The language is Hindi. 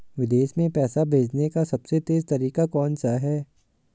विदेश में पैसा भेजने का सबसे तेज़ तरीका कौनसा है?